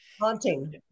Haunting